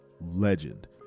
legend